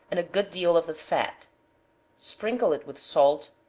and a good deal of the fat sprinkle it with salt,